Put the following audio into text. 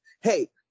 Hey